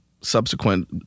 subsequent